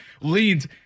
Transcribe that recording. leans